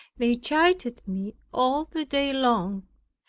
they chided me all the day long,